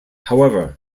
however